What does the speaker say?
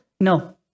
No